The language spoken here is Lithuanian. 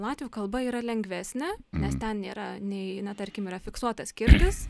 latvių kalba yra lengvesnė nes ten nėra nei na tarkim yra fiksuotas kirtis